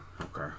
Okay